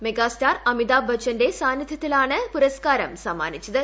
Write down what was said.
megastar Amitabh ബച്ചന്റെ സാന്നിധ്യത്തിലാണ് പുരസ്ക്കാരം സമ്മാനിച്ചത്